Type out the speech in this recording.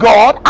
God